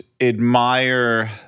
admire